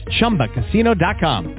ChumbaCasino.com